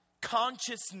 consciousness